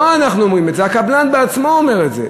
לא אנחנו אומרים את זה, הקבלן בעצמו אומר את זה.